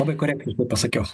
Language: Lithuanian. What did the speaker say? labai korektiškai pasakiau